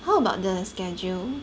how about the schedule